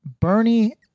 Bernie